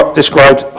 described